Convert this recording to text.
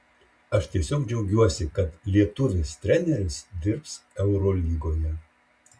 aš tiesiog džiaugiuosi kad lietuvis treneris dirbs eurolygoje